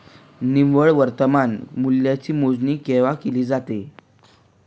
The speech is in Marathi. निव्वळ वर्तमान मूल्याची मोजणी केव्हा केली जाते?